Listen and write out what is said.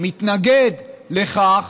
מתנגד לכך